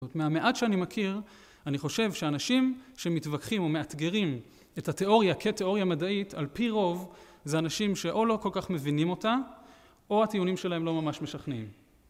מהמעט שאני מכיר, אני חושב שאנשים שמתווכחים או מאתגרים את התיאוריה כתיאוריה מדעית, על פי רוב זה אנשים שאו לא כל כך מבינים אותה, או הטיעונים שלהם לא ממש משכנעים.